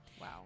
Wow